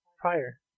prior